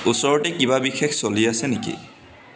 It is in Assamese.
ওচৰতে কিবা বিশেষ চলি আছে নেকি